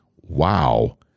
Wow